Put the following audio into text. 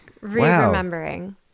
re-remembering